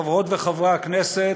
חברות וחברי הכנסת,